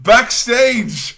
Backstage